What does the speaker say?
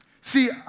See